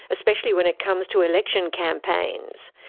especially when it comes to election campaigns.